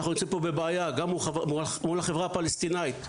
אנחנו נמצאים פה בבעיה גם מול החברה הפלשתינאית.